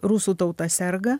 rusų tauta serga